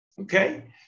Okay